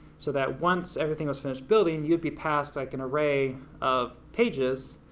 so that once everything was finished building, you'd be passed, like an array of pages,